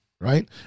right